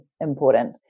important